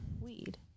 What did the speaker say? weed